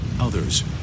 Others